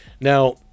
Now